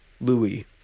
Louis